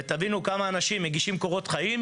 ותבינו כמה אנשים מגישים קורות חיים,